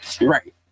Right